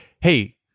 Hey